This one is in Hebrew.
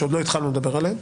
שעוד לא התחלנו לדבר עליהן.